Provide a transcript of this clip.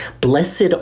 Blessed